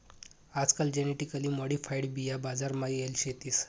आजकाल genetically modified बिया बजार मा येल शेतीस